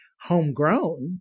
homegrown